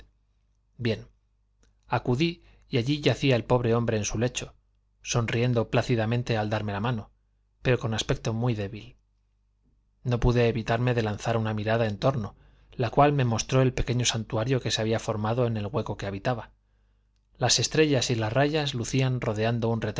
bien acudí y allí yacía el pobre hombre en su lecho sonriendo plácidamente al darme la mano pero con aspecto muy débil no pude evitarme de lanzar una mirada en torno la cual me mostró el pequeño santuario que se había formado en el hueco que habitaba las estrellas y las rayas lucían rodeando un